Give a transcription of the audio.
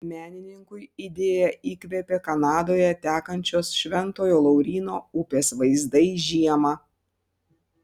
menininkui idėją įkvėpė kanadoje tekančios šventojo lauryno upės vaizdai žiemą